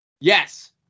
yes